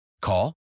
Call